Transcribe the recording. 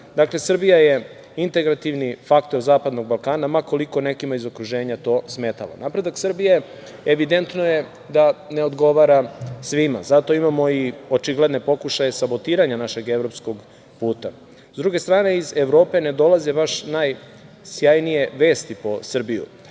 Srbija je integrativni faktor zapadnog Balkana, ma koliko nekima iz okruženja to smetalo. Napredak Srbije evidentno je da ne odgovara svima. Zato imamo i očigledne pokušaje sabotiranja našeg evropskog puta. S druge strane, iz Evrope ne dolaze baš najsjajnije vesti po Srbiju.